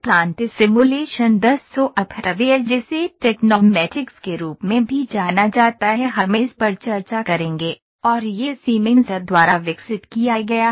plant simulation 10 software जिसे Tecnomatix के रूप में भी जाना जाता है हम इस पर चर्चा करेंगे और यह सीमेंस द्वारा विकसित किया गया है